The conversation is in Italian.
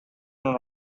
non